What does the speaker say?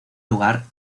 lugar